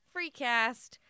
Freecast